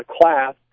class